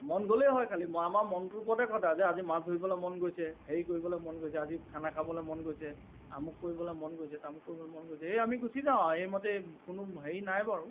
মন গ'লেই হ'ল খালী আমাৰ মনটোৰ ওপৰতে কথা যে আজি মাছ মাৰিবলৈ মন গৈছে হেৰি কৰিবলৈ মন গৈছে আজি খানা খাবলৈ মন গৈছে আমুক কৰিবলৈ মন গৈছে তামুক কৰিবলৈ মন গৈছে এই আমি গুচি যাওঁ আৰু এই মতে কোনো হেৰি নাই বাৰু